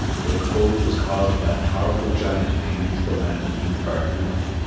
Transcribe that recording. for the cold was caused by a powerful giant who came into the land from the far north,